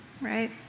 right